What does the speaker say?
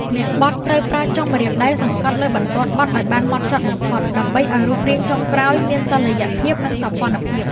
អ្នកបត់ត្រូវប្រើចុងម្រាមដៃសង្កត់លើបន្ទាត់បត់ឱ្យបានហ្មត់ចត់បំផុត ដើម្បីឱ្យរូបរាងចុងក្រោយមានតុល្យភាព និងសោភ័ណភាព។